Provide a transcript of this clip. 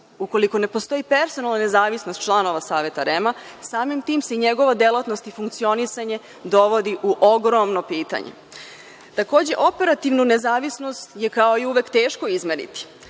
Ukoliko ne postoji personalna nezavisnost članova Saveta REM-a, samim tim se i njegova delatnost i funkcionisanje dovodi u ogromno pitanje. Takođe, operativnu nezavisnost je kao i uvek teško izmeriti,